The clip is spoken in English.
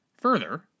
Further